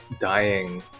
dying